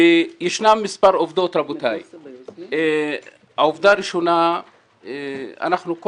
יש מספר עובדות והעובדה הראשונה היא שכל